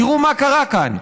תראו מה קרה כאן: